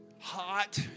hot